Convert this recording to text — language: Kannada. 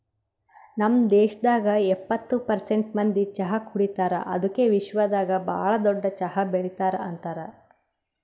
ನಮ್ ದೇಶದಾಗ್ ಎಪ್ಪತ್ತು ಪರ್ಸೆಂಟ್ ಮಂದಿ ಚಹಾ ಕುಡಿತಾರ್ ಅದುಕೆ ವಿಶ್ವದಾಗ್ ಭಾಳ ದೊಡ್ಡ ಚಹಾ ಬೆಳಿತಾರ್ ಅಂತರ್